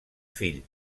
fill